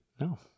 No